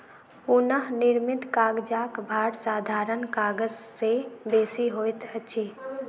पुनःनिर्मित कागजक भार साधारण कागज से बेसी होइत अछि